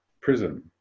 prison